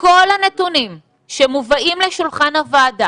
כל הנתונים שמובאים לשולחן הוועדה,